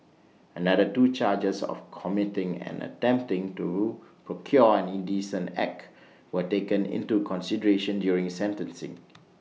another two charges of committing and attempting to procure an indecent act were taken into consideration during sentencing